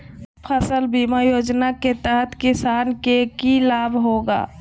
फसल बीमा योजना के तहत किसान के की लाभ होगा?